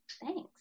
Thanks